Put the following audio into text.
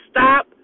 Stop